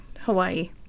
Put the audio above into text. Hawaii